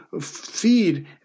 feed